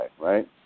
right